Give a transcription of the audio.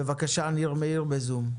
ניר מאיר, בבקשה.